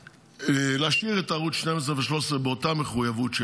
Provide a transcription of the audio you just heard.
להשאיר את ערוץ 12 ו-13 באותה מחויבות,